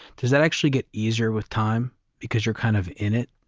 does that actually get easier with time because you're kind of in it?